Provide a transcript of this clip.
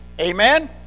Amen